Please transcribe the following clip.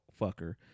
fucker